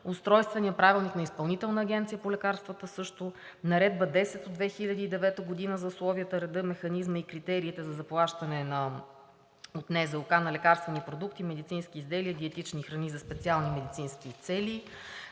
Устройствения правилник на Изпълнителна агенция по лекарствата също; Наредба № 10 от 2009 г. за условията, реда, механизма и критериите за заплащане от НЗОК на лекарствени продукти, медицински изделия, диетични храни за специални медицински цели;